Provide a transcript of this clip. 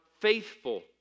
faithful